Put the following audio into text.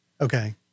okay